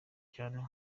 cyane